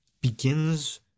begins